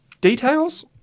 details